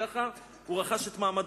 כך הוא רכש את מעמדו,